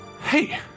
hey